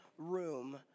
room